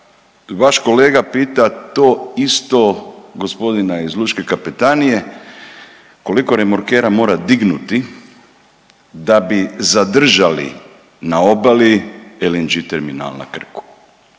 vaš kolega pita to isto gospodina iz Lučke kapetanije koliko remorkera mora dignuti da bi zadržali na obali LNG terminal na Krku